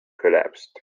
collapsed